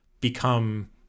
become